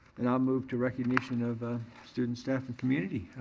and i'll move to recognition of ah students, staff, and community.